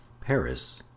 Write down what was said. paris